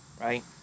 right